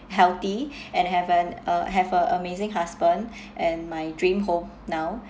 healthy and have an uh have a amazing husband and my dream home now